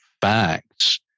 facts